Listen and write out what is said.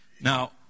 now